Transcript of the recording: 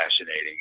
fascinating